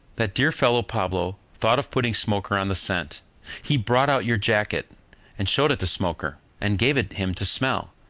that dear fellow, pablo, thought of putting smoker on the scent he brought out your jacket and showed it to smoker, and gave it him to smell,